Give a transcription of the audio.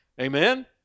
Amen